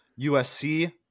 USC